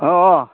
औ अ